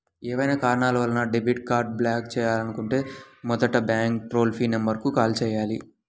ఏవైనా కారణాల వలన డెబిట్ కార్డ్ని బ్లాక్ చేయాలనుకుంటే మొదటగా బ్యాంక్ టోల్ ఫ్రీ నెంబర్ కు కాల్ చేయాలి